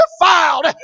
defiled